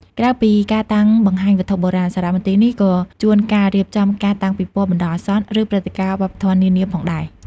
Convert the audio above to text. ក្រៅពីការតាំងបង្ហាញវត្ថុបុរាណ សារមន្ទីរនេះក៏ជួនកាលរៀបចំការតាំងពិពណ៌បណ្តោះអាសន្ន ឬព្រឹត្តិការណ៍វប្បធម៌នានាផងដែរ។